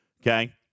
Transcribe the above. okay